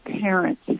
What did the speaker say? parents